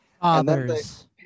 Fathers